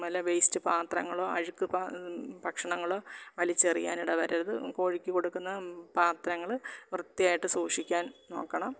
വല്ല വേസ്റ്റ് പാത്രങ്ങളോ അഴുക്ക് ഭക്ഷണങ്ങൾ വലിച്ചെറിയാൻ ഇടവരരുത് കോഴിക്ക് കൊടുക്കുന്ന പാത്രങ്ങൾ വൃത്തിയായിട്ട് സൂഷിക്കാൻ നോക്കണം